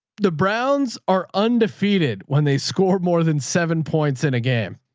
the browns are undefeated when they score more than seven points in a game.